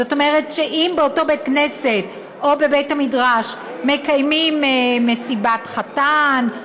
זאת אומרת שאם באותו בית-כנסת או בית-מדרש מקיימים מסיבת חתן,